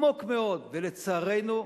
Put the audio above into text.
ולצערנו,